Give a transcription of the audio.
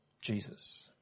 Jesus